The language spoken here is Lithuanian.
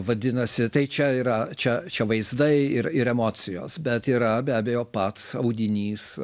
vadinasi tai čia yra čia čia vaizdai ir ir emocijos bet yra be abejo pats audinys